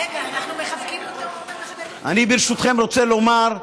רגע, אנחנו מחבקים אותו, ברשותכם, אני רוצה לומר,